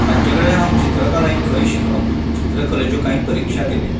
तांचे कडल्यान हांव चित्रकला ही खरी शिकलों चित्रकलेच्यो कांय परिक्षा दिल्यो